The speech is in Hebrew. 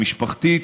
המשפחתית,